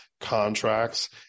contracts